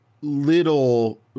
little